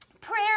Prayer